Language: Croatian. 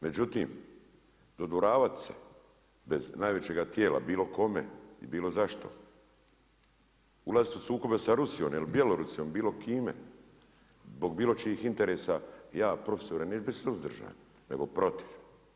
Međutim, dodvoravat se bez najvećega tijela bilo kome i bilo zašto, ulaziti u sukobe sa Rusijom ili Bjelorusijom, bilo kome, zbog bilo čijih interesa ja profesore neću biti suzdržan, nego protiv.